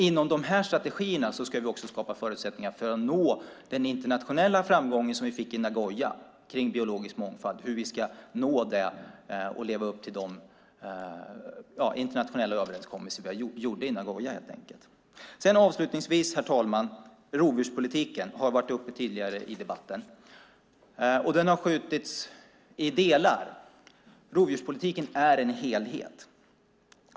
Inom de strategierna ska vi också skapa förutsättningar för att nå den internationella framgång som vi fick i Nagoya kring biologisk mångfald, hur vi ska nå det och leva upp till de internationella överenskommelser som vi gjorde i Nagoya. Avslutningsvis, herr talman: Rovdjurspolitiken har tidigare varit uppe i debatten. Den har skjutits i delar, men rovdjurspolitiken är en helhet.